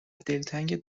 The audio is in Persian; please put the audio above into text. دلتنگ